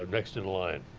ah next in line.